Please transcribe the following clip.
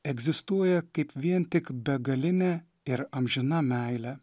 egzistuoja kaip vien tik begalinė ir amžina meile